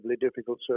difficult